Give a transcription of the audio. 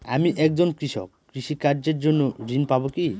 আমি একজন কৃষক কৃষি কার্যের জন্য ঋণ পাব কি?